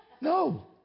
No